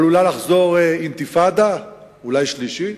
עלולה לחזור אינתיפאדה, אולי שלישית,